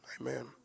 Amen